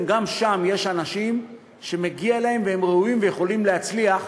גם שם יש אנשים שמגיע להם והם ראויים ויכולים להצליח,